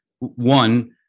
one